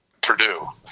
Purdue